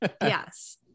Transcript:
Yes